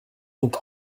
donc